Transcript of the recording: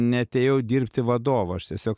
neatėjau dirbti vadovu aš tiesiog